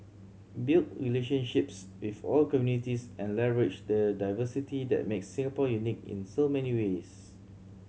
build relationships with all communities and leverage the diversity that makes Singapore unique in so many ways